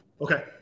Okay